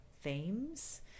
themes